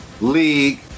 league